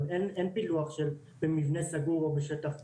אבל אין פילוח של במבנה סגור או בשטח פתוח.